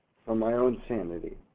my own sanity.